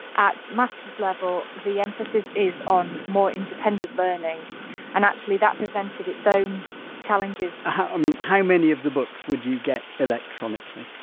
at masters' level the emphasis is on more independent learning and actually that presented its own challenges i mean how many of the books would you get electronically?